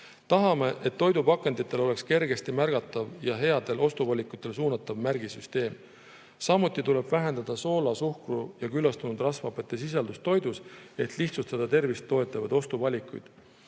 Tahame, et toidupakenditel oleks kergesti märgatav ja headele ostuvalikutele suunav märgisüsteem. Samuti tuleb vähendada soola, suhkru ja küllastunud rasvhapete sisaldust toidus, et lihtsustada tervist toetavaid ostuvalikuid.